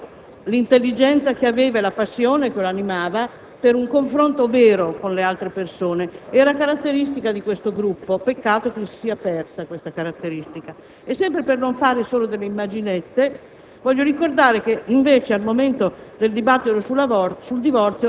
non preconfezionando gli esiti, usando l'intelligenza che aveva e la passione che lo animava per un confronto vero con le altre persone; era una caratteristica di questo gruppo, peccato si sia persa. Sempre per non far solo delle immaginette,